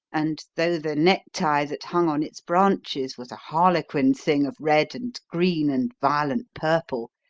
and though the necktie that hung on its branches was a harlequin thing of red and green and violent purple,